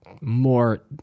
more